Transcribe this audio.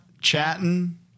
chatting